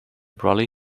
brolly